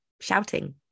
shouting